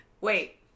wait